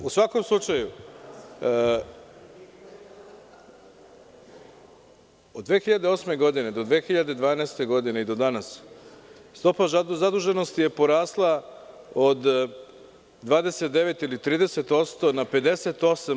U svakom slučaju, od 2008. godine do 2012. godine i do danas, stopa zaduženosti je porasla od 29 ili 30% na 58%